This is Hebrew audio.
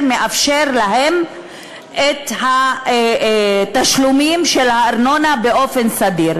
מאפשר להם את התשלומים של הארנונה באופן סדיר.